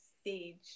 stage